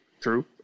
true